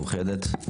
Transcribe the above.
מאוחדת.